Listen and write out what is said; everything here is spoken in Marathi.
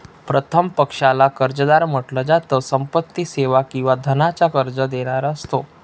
प्रथम पक्षाला कर्जदार म्हंटल जात, संपत्ती, सेवा किंवा धनाच कर्ज देणारा असतो